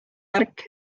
märk